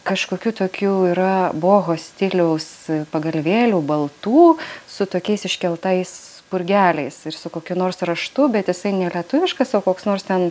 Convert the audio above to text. kažkokių tokių yra boho stiliaus pagalvėlių baltų su tokiais iškeltais spurgeliais ir su kokiu nors raštu bet jisai nelietuviškas o koks nors ten